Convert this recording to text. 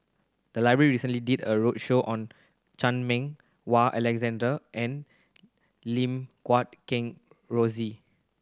the library recently did a roadshow on Chan Meng Wah Alexander and Lim Guat Kheng Rosie